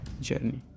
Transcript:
journey